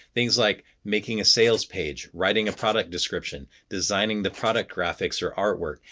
things like making a sales page, writing a product description, designing the product graphics or artwork,